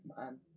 man